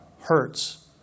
hurts